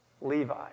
Levi